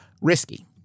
Risky